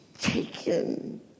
taken